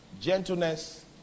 gentleness